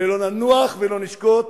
ולא ננוח ולא נשקוט,